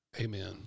Amen